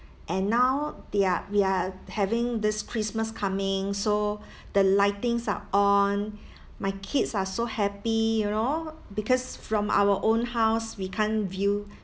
and now they are we are having this christmas coming so the lightings are on my kids are so happy you know because from our own house we can't view